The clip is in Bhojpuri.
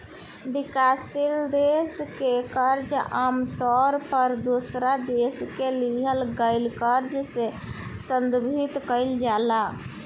विकासशील देश के कर्जा आमतौर पर दोसरा देश से लिहल गईल कर्जा से संदर्भित कईल जाला